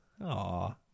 Aw